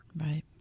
Right